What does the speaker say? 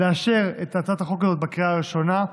לאשר את הצעת החוק הזאת בקריאה הראשונה,